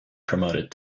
promoted